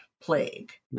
plague